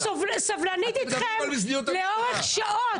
אני סובלנית אתכם לאורך שעות.